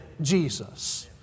jesus